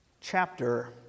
chapter